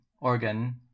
organ